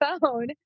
phone